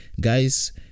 guys